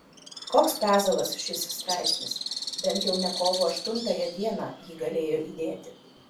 koks pezalas šis straipsnis bent jau ne kovo aštuntąją dieną jį galėjo įdėti